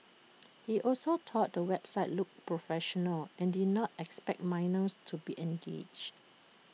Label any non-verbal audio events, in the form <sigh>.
<noise> he also thought the website looked professional and did not expect minors to be engaged